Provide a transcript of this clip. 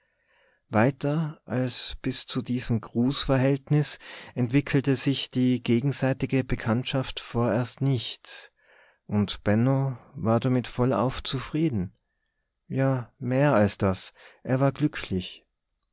weiter als bis zu diesem grußverhältnis entwickelte sich die gegenseitige bekanntschaft vorerst nicht und benno war damit vollauf zufrieden ja mehr als das er war glücklich